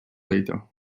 later